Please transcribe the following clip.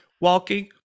Walking